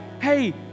hey